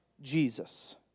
Jesus